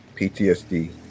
PTSD